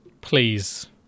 Please